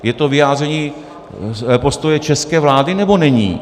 Je to vyjádření postoje české vlády, nebo není?